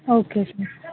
okay sir